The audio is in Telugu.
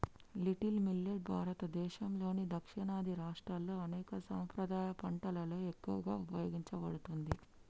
లిటిల్ మిల్లెట్ భారతదేసంలోని దక్షిణాది రాష్ట్రాల్లో అనేక సాంప్రదాయ పంటలలో ఎక్కువగా ఉపయోగించబడుతుంది